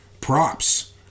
props